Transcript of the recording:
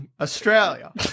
Australia